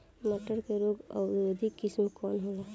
मटर के रोग अवरोधी किस्म कौन होला?